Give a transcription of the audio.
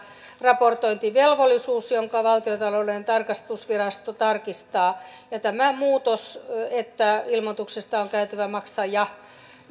raportointivelvollisuus jonka valtiontalouden tarkastusvirasto tarkistaa tämä muutos että ilmoituksesta on käytävä ilmi maksaja